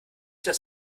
das